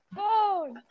phone